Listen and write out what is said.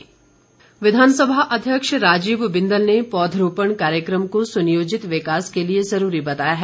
बिंदल विधानसभा अध्यक्ष राजीव बिंदल ने पौधरोपण कार्यक्रम को सुनियोजित विकास के लिए ज़रूरी बताया है